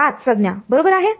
5 संज्ञा बरोबर आहे